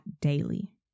daily